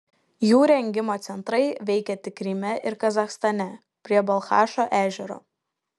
jų rengimo centrai veikė tik kryme ir kazachstane prie balchašo ežero